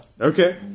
Okay